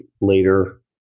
later